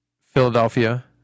Philadelphia